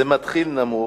זה מתחיל נמוך,